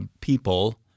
people